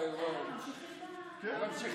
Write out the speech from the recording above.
המלצת